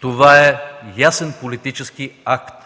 Това е ясен политически акт